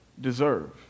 deserve